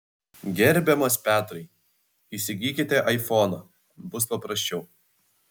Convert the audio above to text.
gerbiamas petrai įsigykite aifoną bus paprasčiau